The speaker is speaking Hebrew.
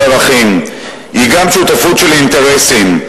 אבל היא גם שותפות של אינטרסים,